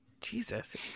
Jesus